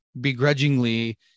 begrudgingly